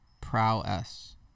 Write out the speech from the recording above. prowess